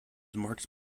marked